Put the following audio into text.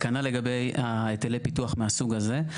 וכנ"ל לגבי היטלי הפיתוח מן הסוג הזה.